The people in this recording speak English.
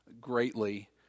greatly